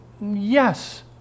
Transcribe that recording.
yes